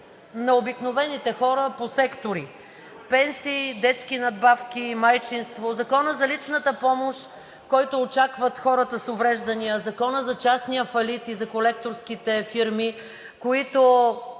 на обикновените хора по сектори – пенсии, детски надбавки, майчинство, Закона за личната помощ, който очакват хората с увреждания, Закона за частния фалит и за колекторските фирми, които